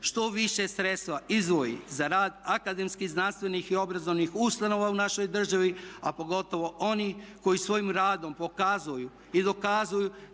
što više sredstva izdvoji za rad akademskih, znanstvenih i obrazovnih ustanova u našoj državi, a pogotovo oni koji svojim radom pokazuju i dokazuju